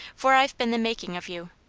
for i've been the making of you.